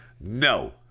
No